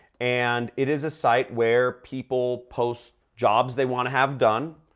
and it is a site where people post jobs they want to have done.